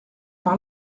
par